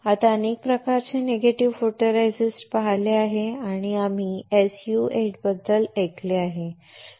आता अनेक प्रकारचे निगेटिव्ह फोटोरेसिस्ट आहेत आणि आम्ही SU 8 बद्दल ऐकले आहे